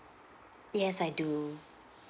yes I do